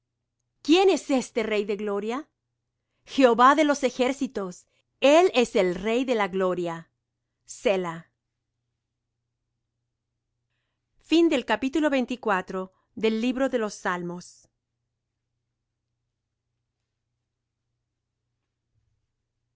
quién es este rey de gloria jehová de los ejércitos el es el rey de la gloria selah salmo